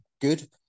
Good